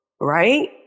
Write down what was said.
right